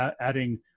adding